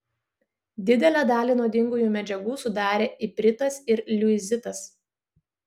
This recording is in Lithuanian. didelę dalį nuodingųjų medžiagų sudarė ipritas ir liuizitas